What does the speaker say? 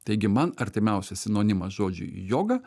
taigi man artimiausias sinonimas žodžiui joga